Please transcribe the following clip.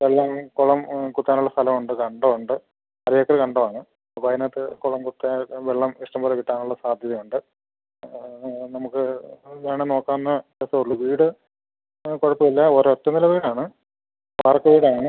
വെള്ളം കുളം കുത്താനുള്ള സ്ഥലം ഉണ്ട് കണ്ടം ഉണ്ട് ഒരേക്കർ കണ്ടമാണ് അതിനകത്ത് കുളം കുത്താൻ വെള്ളം ഇഷ്ടംപോല കിട്ടാനുള്ള സാധ്യതയുണ്ട് അതാ നമുക്ക് അത് വേണേൽ നോക്കാന്ന് അത്രേ ഉള്ളൂ വീട് കുഴപ്പം ഇല്ല ഒരൊറ്റ നില വീടാണ് വാർപ്പ് വീടാണ്